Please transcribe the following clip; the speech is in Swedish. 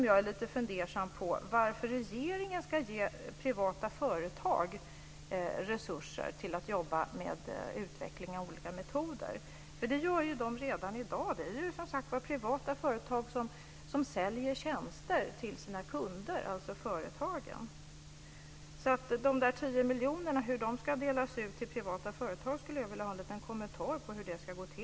Jag är lite fundersam över varför regeringen ska ge privata företag resurser till att arbeta med utveckling av olika metoder, för det gör de ju redan i dag. Det är ju som sagt var privata företag som säljer tjänster till sina kunder, alltså företagen. Jag skulle vilja ha en liten kommentar till hur det ska gå till rent praktiskt när de 10 miljonerna ska delas ut till privata företag.